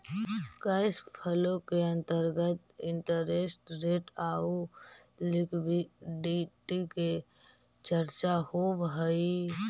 cash flow के अंतर्गत interest rate आउ लिक्विडिटी के चर्चा होवऽ हई